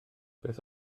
beth